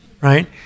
right